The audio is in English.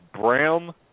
brown